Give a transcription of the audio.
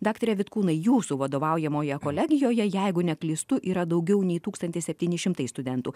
daktare vitkūnai jūsų vadovaujamoje kolegijoje jeigu neklystu yra daugiau nei tūkstantis septyni šimtai studentų